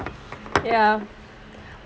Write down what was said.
ya